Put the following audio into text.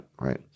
Right